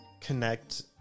connect